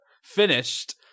finished